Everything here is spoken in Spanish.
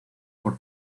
por